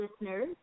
listeners